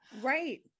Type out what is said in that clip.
Right